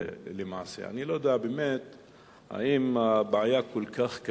שלך לא עובד.